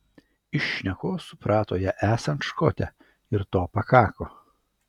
iš šnekos suprato ją esant škotę ir to pakako